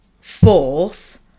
fourth